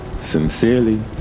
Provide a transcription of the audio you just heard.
Sincerely